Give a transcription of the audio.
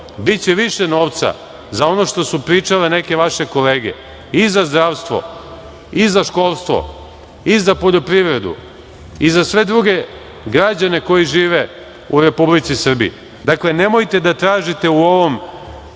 biće više novca za ono što su pričale neke vaše kolege, i za zdravstvo i za školstvo i za poljoprivredu i za sve druge građane koji žive u Republici Srbiji. Dakle, nemojte da tražite u ovom